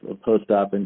post-op